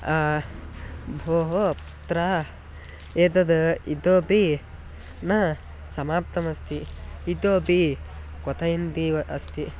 भोः अत्र एतत् इतोपि न समाप्तमस्ति इतोपि क्वथयन्तीव अस्ति